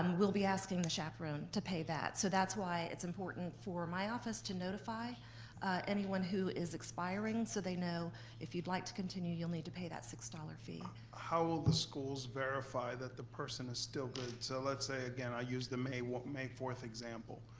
um we'll be asking the chaperone to pay that, so that's why it's important for my office to notify anyone who is expiring so they know if you'd like to continue you'll need to pay that six dollars fee. how will the schools verify that the person is still good? so let's say, again i use the may four example.